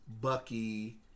Bucky